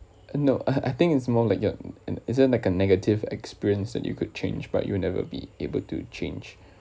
uh no I think it's more like your is there like a negative experience that you could change but you will never be able to change